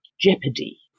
jeopardy